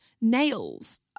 nails